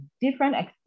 different